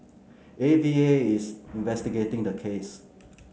A V A is investigating the case